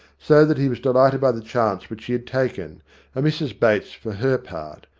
so that he was delighted by the chance which he had taken, and mrs bates, for her part,